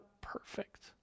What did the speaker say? perfect